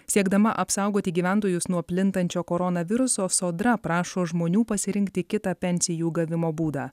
siekdama apsaugoti gyventojus nuo plintančio koronaviruso sodra prašo žmonių pasirinkti kitą pensijų gavimo būdą